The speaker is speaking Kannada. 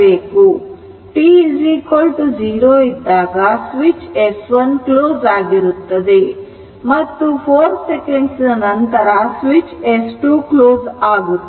t 0 ಇದ್ದಾಗ ಸ್ವಿಚ್ S1 ಕ್ಲೋಸ್ ಆಗಿರುತ್ತದೆ ಮತ್ತು 4 second ನಂತರ ಸ್ವಿಚ್ S 2 ಕ್ಲೋಸ್ ಆಗುತ್ತದೆ